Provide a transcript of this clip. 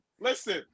Listen